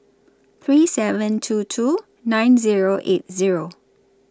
three seven two two nine Zero eight Zero